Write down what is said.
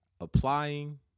applying